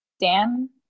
Dan